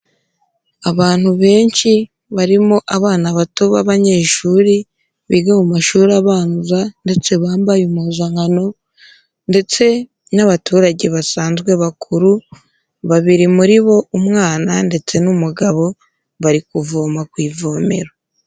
Abantu benshi barimo abana bato b'abanyeshuri biga mu mashuri abanza ndetse bambaye impuzankano ndetse n'abaturage basanzwe bakuru, babiri muri bo umwana ndetse n'umugabo bari kuvoma ku ivomero.